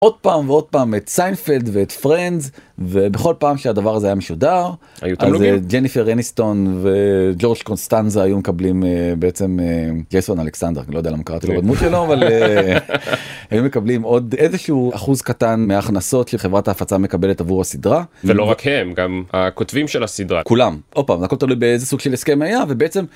עוד פעם ועוד פעם, את סיינפלד ואת פרנדס ובכל פעם שהדבר הזה היה משודר, היו תמלוגים? ג'ניפר אניסטון וג'ורג' קונסטנזה היו מקבלים בעצם, ג'ייסון אלכסנדר, אני לא יודע למה קראתי לו בדמות שלו, אבל, היו מקבלים עוד איזשהו אחוז קטן מההכנסות של חברת ההפצה מקבלת עבור הסדרה. ולא רק הם גם הכותבים של הסדרה. כולם, עוד פעם, הכל תלוי באיזה סוג של הסכם היה ובעצם,